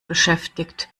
beschäftigt